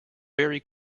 very